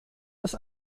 des